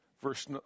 verse